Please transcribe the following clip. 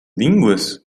línguas